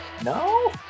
No